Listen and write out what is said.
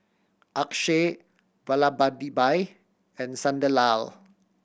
Akshay Vallabhbhai and Sunderlal